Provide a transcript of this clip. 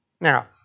Now